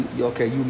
Okay